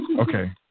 Okay